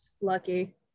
Lucky